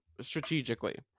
strategically